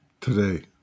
today